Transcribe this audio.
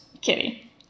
Kitty